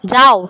যাও